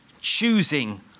choosing